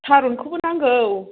थारुनखौबो नांगौ